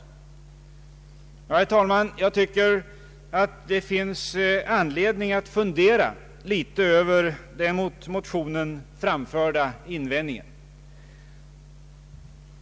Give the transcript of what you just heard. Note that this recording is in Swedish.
Herr talman! Jag tycker att det finns anledning att fundera litet över den mot motionen framförda invändningen.